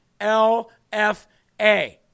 LFA